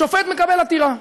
שופט מקבל עתירה,